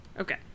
Okay